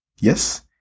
yes